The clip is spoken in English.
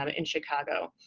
um in chicago.